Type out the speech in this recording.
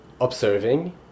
observing